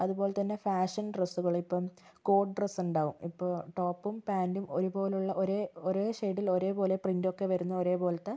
അതുപോലെ തന്നെ ഫാഷന് ഡ്രെസ്സുകള് ഇപ്പം കോഡ് ഡ്രെസ്സ് ഉണ്ടാകും ഇപ്പോൾ ടോപ്പും പാന്റും ഒരു പോലെയുള്ള ഒരേ ഒരേ ഷെയ്ഡില് ഒരേപോലെ പ്രിന്റ് ഒക്കെ വരുന്ന ഒരേ പോലത്തെ